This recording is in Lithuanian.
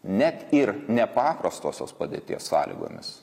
net ir nepaprastosios padėties sąlygomis